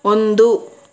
ಒಂದು